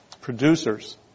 producers